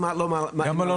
גם מבחינה